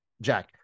Jack